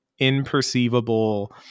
imperceivable